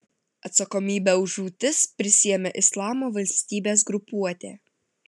atsakomybę už žūtis prisiėmė islamo valstybės grupuotė